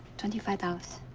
twenty five dollars.